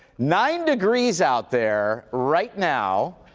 nine degrees out there, right now.